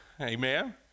Amen